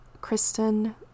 Kristen